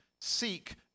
Seek